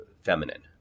feminine